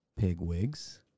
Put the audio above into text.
Pigwigs